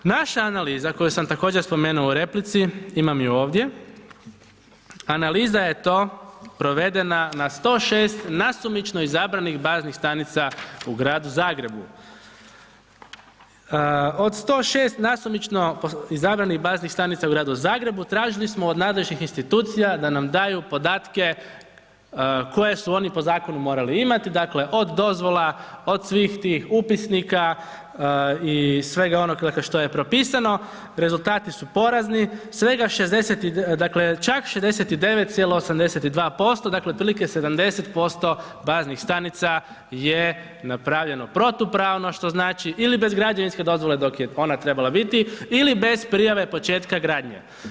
Naša analiza koju sam također spomenuo u replici, imam ju ovdje, analiza je to provedena na 106 nasumično izabranih baznih stanica u gradu Zagrebu. od 106 nasumično izabranih baznih stanica u gradu Zagrebu, tražili smo od nadležnih institucija da nam daju podatke koje su oni po zakonu morali imati, dakle od dozvola, od svih tih upisnika i svega onog dakle što je propisano, rezultati su porazni, dakle 69,82%, dakle otprilike 70% baznih stanica je napravljeno protupravno što znači ili bez građevinske dozvole dok je ona trebala biti ili bez prijave početka gradnje.